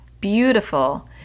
beautiful